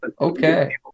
okay